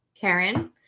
Karen